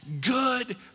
good